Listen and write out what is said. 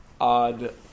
odd